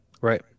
right